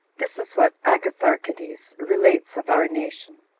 this is what agatharchides relates of our nation.